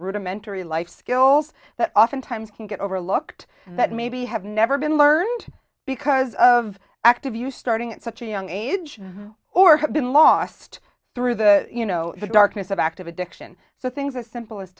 rudimentary life skills that oftentimes can get overlooked that maybe have never been learned because of active use starting at such a young age or have been lost through the you know the darkness of active addiction so things as simple as